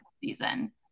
season